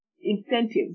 incentives